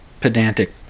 pedantic